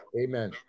amen